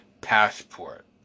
passport